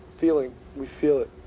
feeling. we feel it.